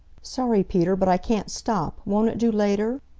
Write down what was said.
sorry, peter, but i can't stop. won't it do later?